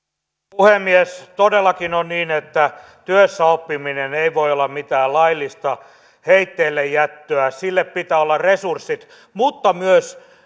puhemies todellakin on niin että työssäoppiminen ei voi olla mitään laillista heitteillejättöä sille pitää olla resurssit mutta myös